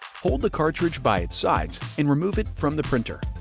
hold the cartridge by its sides and remove it from the printer.